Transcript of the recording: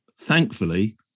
thankfully